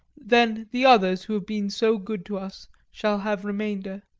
then the others who have been so good to us shall have remainder.